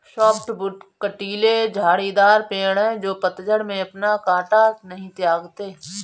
softwood कँटीले झाड़ीदार पेड़ हैं जो पतझड़ में अपना काँटा नहीं त्यागते